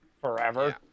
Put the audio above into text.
forever